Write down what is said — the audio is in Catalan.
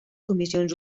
comissions